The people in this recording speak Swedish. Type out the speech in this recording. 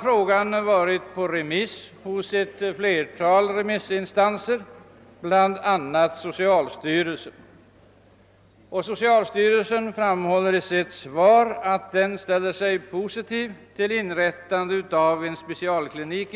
Frågan har nu varit på remiss hos ett flertal instanser, bl.a. hos socialstyrelsen, som har ställt sig positiv till inrättandet av en specialklinik